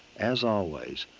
as always,